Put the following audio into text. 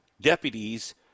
deputies